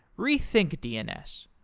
rethink dns,